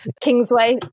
Kingsway